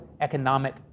economic